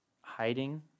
hiding